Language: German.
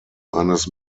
eines